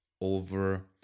over